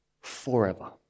forever